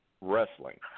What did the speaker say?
wrestling